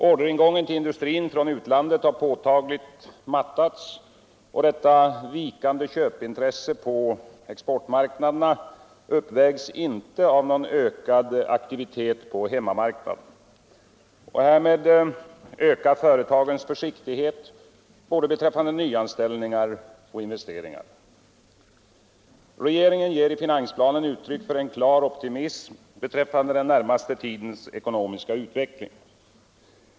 Orderingången till industrin från utlandet har påtagligt mattats, och detta vikande köpintresse på exportmarknaderna uppvägs inte av någon ökad aktivitet på hemmamarknaden. Därmed ökar företagens försiktighet både beträffande nyanställningar och investeringar. Regeringen ger i finansplanen uttryck för en klar optimism beträffande den närmaste tidens ekonomiska utveckling.